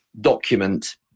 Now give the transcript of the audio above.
document